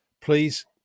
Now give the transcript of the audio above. please